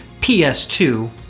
ps2